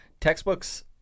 textbooks